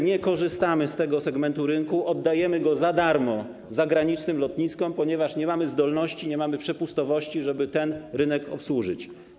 Nie korzystamy z tego segmentu rynku, oddajemy go za darmo zagranicznym lotniskom, ponieważ nie mamy zdolności, nie mamy przepustowości, żeby ten rynek obsłużyć.